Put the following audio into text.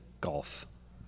golf